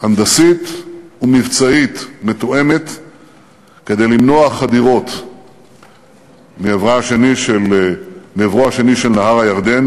הנדסית ומבצעית מתואמת כדי למנוע חדירות מעברו השני של נהר הירדן.